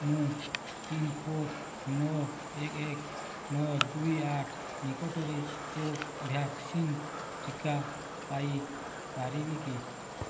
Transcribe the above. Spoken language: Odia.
ମୁଁ ପିନ୍କୋଡ଼ ନଅ ଏକ ଏକ ନଅ ଦୁଇ ଆଠ ନିକଟରେ କୋଭ୍ୟାକ୍ସିନ୍ ଟିକା ପାଇପାରିବି କି